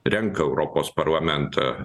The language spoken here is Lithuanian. renka europos parlamentą